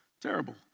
terrible